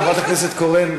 חברת הכנסת קורן,